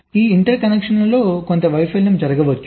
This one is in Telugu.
ఈ ఇంటర్ కనెక్షన్లో కొంత వైఫల్యం జరగవచ్చు